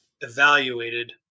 evaluated